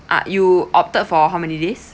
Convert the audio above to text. ah you opted for how many days